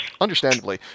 Understandably